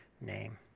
name